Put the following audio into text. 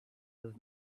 does